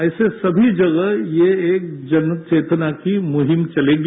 ऐसे सभी जगह ये एक जनचेतना की मुहिम चलेगी